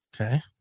Okay